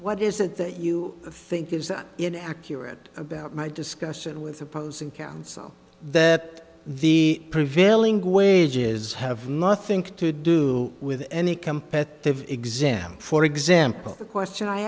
what is it that you think is that it accurate about my discussion with opposing counsel that the prevailing wages have nothing to do with any competitive exam for example the question i